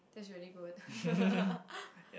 that's really good